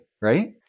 right